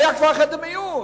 היה כבר חדר מיון.